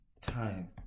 time